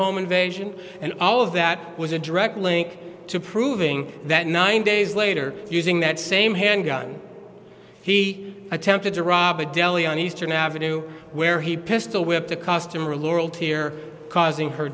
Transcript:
home invasion and all of that was a direct link to proving that nine days later using that same handgun he attempted to rob a deli on eastern avenue where he pistol whipped a customer laurel tear causing her